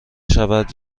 شود